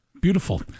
Beautiful